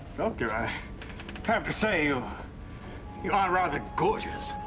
doctor i have to say, um you are rather. gorgeous!